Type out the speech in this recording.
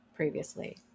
previously